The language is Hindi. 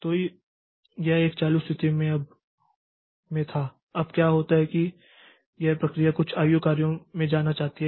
तो यह एक चालू स्थिति में था अब क्या होता है कि यह प्रक्रिया कुछ आईओ कार्यों में जाना चाहती है